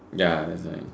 ya that's why